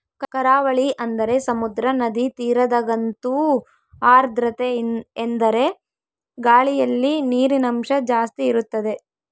ಕರಾವಳಿ ಅಂದರೆ ಸಮುದ್ರ, ನದಿ ತೀರದಗಂತೂ ಆರ್ದ್ರತೆಯೆಂದರೆ ಗಾಳಿಯಲ್ಲಿ ನೀರಿನಂಶ ಜಾಸ್ತಿ ಇರುತ್ತದೆ